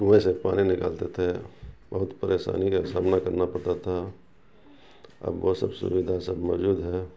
کنویں سے پانی نکالتے تھے بہت پریشانی کا سامنا کرنا پڑتا تھا اب وہ سب سویدھا سب موجود ہے